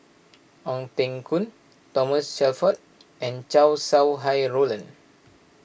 Ong Teng Koon Thomas Shelford and Chow Sau Hai Roland